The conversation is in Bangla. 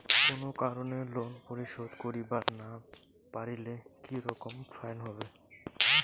কোনো কারণে লোন পরিশোধ করিবার না পারিলে কি রকম ফাইন হবে?